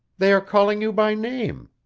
they are calling you by name